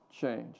change